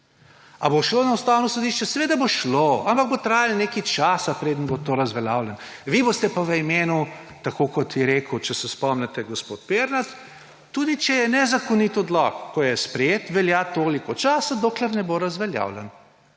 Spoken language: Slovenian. A bo šlo na Ustavno sodišče? Seveda bo šlo, ampak bo trajalo nekaj časa, preden bo to razveljavljeno. Vi boste pa v imenu, tako kot je rekel, če se spomnite, gospod Pirnat, da tudi če je nezakonit odlok, ko je sprejet, velja toliko časa, dokler ne bo razveljavljen.